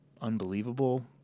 unbelievable